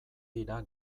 dira